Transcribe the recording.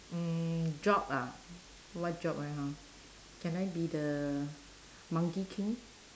mm job ah what job I hor can I be the monkey king